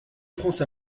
france